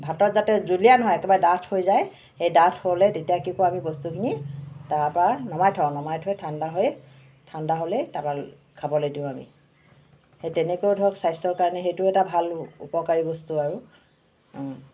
ভাতত যাতে জুলীয়া নহয় একেবাৰে ডাঠ হৈ যায় সেই ডাঠ হ'লে আমি কি কৰোঁ বস্তুখিনি তাৰ পৰা নমাই থওঁ নমাই থৈ ঠাণ্ডা হৈ ঠাণ্ডা হ'লেই তাপা খাবলৈ দিওঁ আমি সেই তেনেকৈ ধৰক স্বাস্থ্যৰ কাৰণে সেইটো এটা ভাল উপকাৰী বস্তু আৰু